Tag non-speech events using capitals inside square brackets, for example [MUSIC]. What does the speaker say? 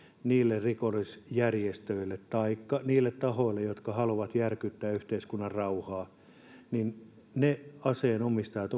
niille rikollisjärjestöille taikka niille tahoille jotka haluavat järkyttää yhteiskunnan rauhaa ja kohteena ovat ne aseen omistajat [UNINTELLIGIBLE]